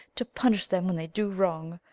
to punish them when they do wrong,